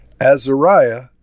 Azariah